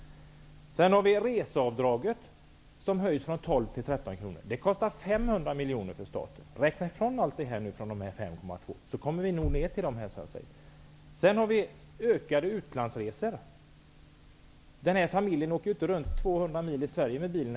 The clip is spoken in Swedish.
Vi har också ett reseavdrag som höjs från 12 till 13 kr. Det avdraget kostar 500 miljoner kronor för staten. Räkna ifrån allt detta från de 5,2 miljonerna, så kommer vi nog ner till det belopp som jag säger. Vi får säkerligen en ökning av utlandsresor. Den här tänkta familjen åker ju inte runt i Sverige med bilen.